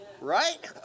right